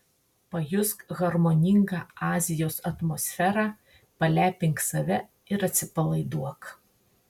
pajusk harmoningą azijos atmosferą palepink save ir atsipalaiduok